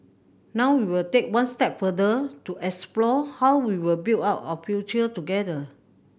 now we will take one step further to explore how we will build out our future together